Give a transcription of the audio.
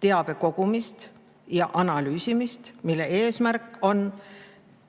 teabe kogumist ja analüüsimist. Eesmärk on nendest